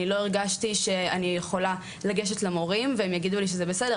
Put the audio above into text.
אני לא הרגשתי שאני יכולה לגשת למורים והם יגידו לי שזה בסדר,